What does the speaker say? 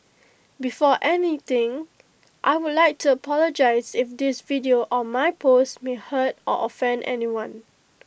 before anything I would like to apologise if this video or my post may hurt or offend anyone